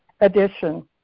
edition